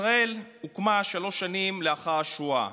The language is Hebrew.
ישראל הוקמה שלוש שנים לאחר השואה.